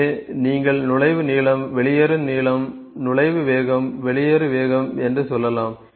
எனவே நீங்கள் நுழைவு நீளம் வெளியேறும் நீளம் நுழைவு வேகம் வெளியேறு வேகம் என்று சொல்லலாம்